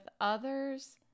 others